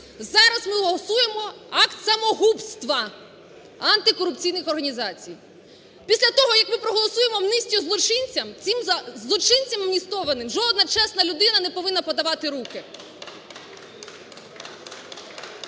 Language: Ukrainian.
Зараз ми голосуємо акт самогубства антикорупційних організацій. Після того, як ми проголосуємо амністію злочинцям, цим злочинцям амністованим жодна чесна людина не повинна подавати руку.